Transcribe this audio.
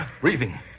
Breathing